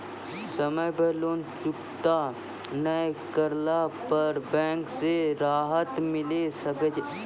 समय पर लोन चुकता नैय करला पर बैंक से राहत मिले सकय छै?